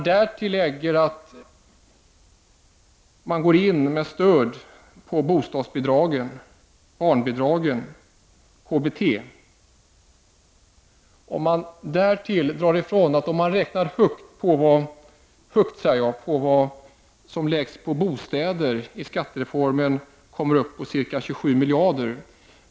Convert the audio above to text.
Därtill kommer att man går in med stöd i form av bostadsbidrag, barnbidrag och KBT. De kostnader som genom skattereformen läggs på bostäder upp går, om man räknar högt, till ca 27 miljarder.